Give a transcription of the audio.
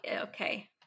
Okay